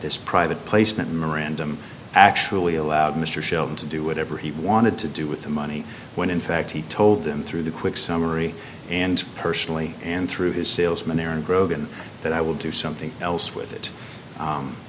this private placement memorandum actually allowed mr sheldon to do whatever he wanted to do with the money when in fact he told them through the quick summary and personally and through his salesman era grogan that i will do something else with it